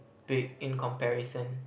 big in comparison